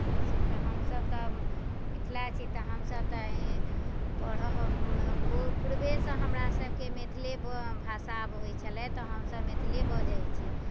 अछि तऽ हमसभ तऽ मिथिला छी तऽ हमसभ तऽ पढ़ पू पुर्वेसँ हमरा सभकेँ मैथिली बऽ भाषा होइत छलै तऽ हमसभ मैथिलिये बजैत छी